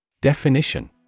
Definition